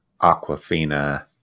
Aquafina